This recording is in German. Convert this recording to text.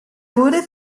wurde